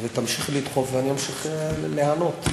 ותמשיכי לדחוף, ואני אמשיך ליהנות.